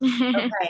Okay